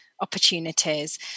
opportunities